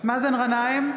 מאזן גנאים,